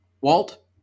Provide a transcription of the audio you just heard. Walt